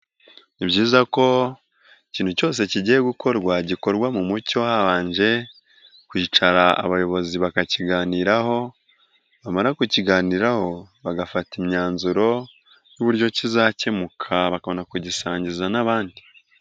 Ni byiza ko ikintu cyose kigiye gukorwa gikorwa mu mucyo habanje kwicara abayobozi bakakiganiraho bamara kukiganiraho bagafata imyanzuro y'uburyo kizakemuka bakabona kugisangiza n'abandi.